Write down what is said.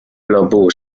俱乐部